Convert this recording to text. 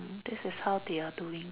this is how they are doing